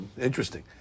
Interesting